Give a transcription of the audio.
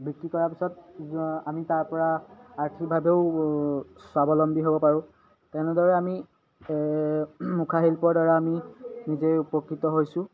বিক্ৰী কৰাৰ পিছত আমি তাৰ পৰা আৰ্থিকভাৱেও স্বাৱলম্বী হ'ব পাৰোঁ তেনেদৰে আমি মুখাশিল্পৰ দ্বাৰা আমি নিজেই উপকৃত হৈছোঁ